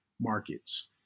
markets